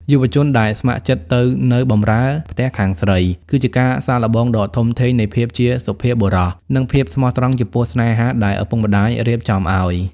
យុវជនដែលស្ម័គ្រចិត្តទៅ "នៅបម្រើ" ផ្ទះខាងស្រី គឺជាការសាកល្បងដ៏ធំធេងនៃភាពជាសុភាពបុរស និងភាពស្មោះត្រង់ចំពោះស្នេហាដែលឪពុកម្ដាយរៀបចំឱ្យ។